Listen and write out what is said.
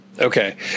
Okay